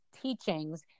teachings